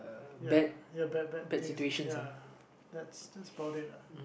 ya ya bad bad things ya that's just about it ah